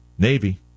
Navy